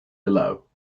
below